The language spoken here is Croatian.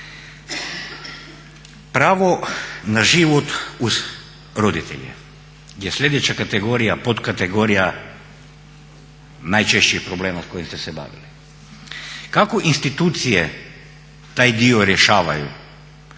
Pravo na život uz roditelje je sljedeća kategorija potkategorija najčešćih problema s kojim ste se bavili. Kako institucije taj dio rješavaju?